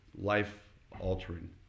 life-altering